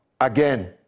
again